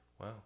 Wow